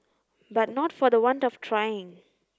but not for the want of trying